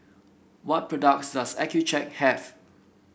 what products does Accucheck have